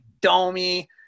Domi